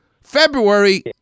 February